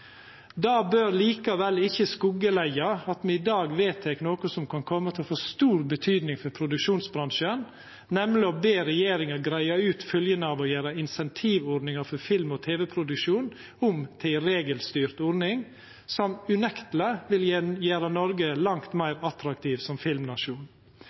Det bør likevel ikkje skuggeleggja at me i dag vedtek noko som kan koma til å få stor betydning for produksjonsbransjen, nemleg å be regjeringa greia ut fylgjene av å gjera insentivordninga for film- og tv-produksjon om til ei regelstyrt ordning, noko som unekteleg vil gjera Noreg langt meir attraktiv som filmnasjon.